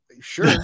sure